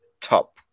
top